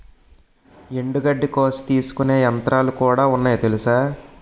ఎండుగడ్డి కోసి తీసుకునే యంత్రాలుకూడా ఉన్నాయి తెలుసా?